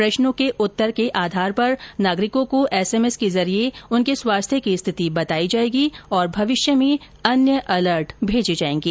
प्रश्नों के उत्तर के आधार पर नागरिकों को एसएमएस के जरिए उनके स्वास्थ्य की स्थिति बताई जाएगी और भविष्य में अन्य अलर्ट भेजे जाएंगे